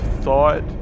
thought